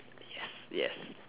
yes yes